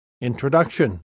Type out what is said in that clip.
Introduction